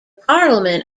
parliament